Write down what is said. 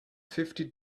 fifty